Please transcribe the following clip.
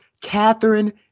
Catherine